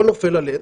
לא נופל עליהם.